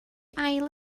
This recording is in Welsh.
ail